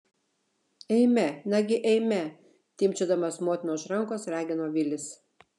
eime nagi eime timpčiodamas motiną už rankos ragino vilis